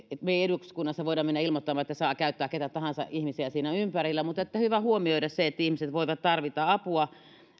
me emme eduskunnassa voi mennä ilmoittamaan että saa käyttää keitä tahansa ihmisiä siinä ympärillä mutta on hyvä huomioida se että ihmiset voivat tarvita apua